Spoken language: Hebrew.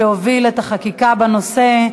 שהוביל את החקיקה בנושא.